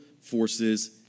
forces